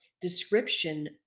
description